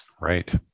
Right